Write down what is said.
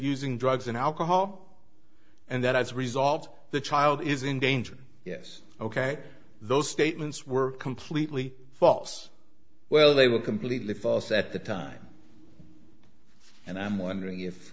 using drugs and alcohol and that as resolved the child is in danger yes ok those statements were completely false well they were completely fast at the time and i'm wondering if